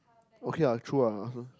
okay ah true ah I also